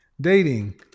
Dating